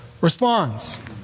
responds